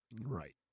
Right